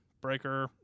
breaker